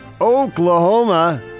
Oklahoma